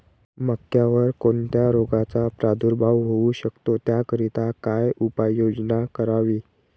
मक्यावर कोणत्या रोगाचा प्रादुर्भाव होऊ शकतो? त्याकरिता काय उपाययोजना करावी?